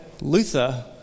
Luther